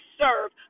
serve